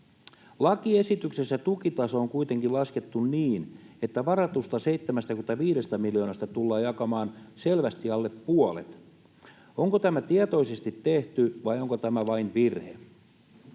Lakiesityksessä tukitaso on kuitenkin laskettu niin, että varatusta 75 miljoonasta tullaan jakamaan selvästi alle puolet. Onko tämä tietoisesti tehty, vai onko tämä vain virhe?